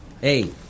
Hey